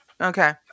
Okay